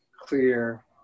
clear